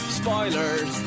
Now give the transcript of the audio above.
spoilers